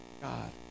God